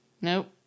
nope